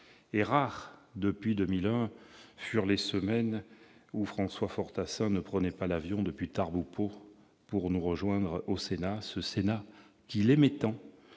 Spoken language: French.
rares étaient les semaines où François Fortassin ne prenait pas l'avion depuis Tarbes ou Pau pour nous rejoindre au Sénat, ce Sénat qu'il aimait tant